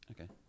Okay